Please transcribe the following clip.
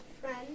Friend